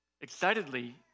excitedly